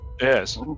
Yes